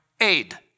aid